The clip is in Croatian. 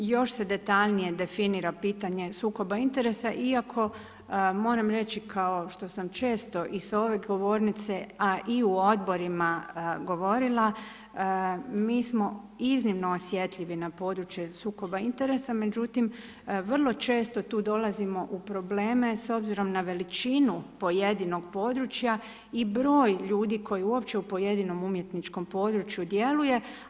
Još se detaljnije definira pitanje sukoba interesa iako moram reći kao što sam često i sa ove govornice a i u odborima govorila mi smo iznimno osjetljivi na područje sukoba interesa međutim vrlo često tu dolazimo u probleme s obzirom na veličinu pojedinog područja i broj ljudi koji uopće u pojedinom umjetničkom području djeluje.